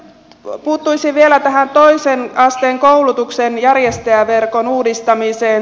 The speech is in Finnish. sitten puuttuisin vielä tähän toisen asteen koulutuksen järjestäjäverkon uudistamiseen